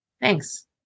Thanks